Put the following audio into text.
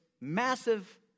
massive